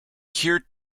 hear